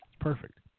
Perfect